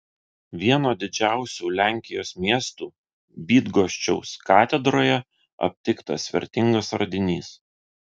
vieno didžiausių lenkijos miestų bydgoščiaus katedroje aptiktas vertingas radinys